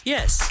Yes